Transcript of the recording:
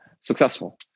successful